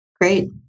Great